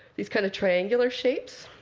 these kind of triangular shapes.